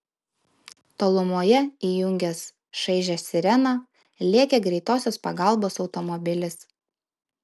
tolumoje įjungęs šaižią sireną lėkė greitosios pagalbos automobilis